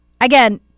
again